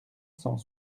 cent